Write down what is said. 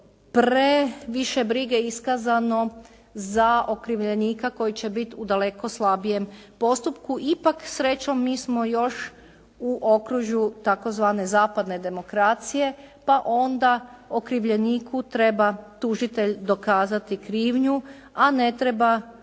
previše brige iskazano za okrivljenika koji će biti u daleko slabijem postupku, ipak srećom mi smo još u okružju tzv. zapadne demokracije pa onda okrivljeniku treba tužitelj dokazati krivnju a ne treba